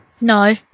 No